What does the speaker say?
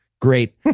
Great